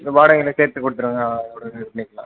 வாடகை என்னென்னு கேட்டு கொடுத்துருங்க பண்ணிக்கலாம்